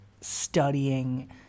studying